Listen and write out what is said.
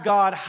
God